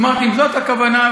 אמרתי: אם זאת הכוונה,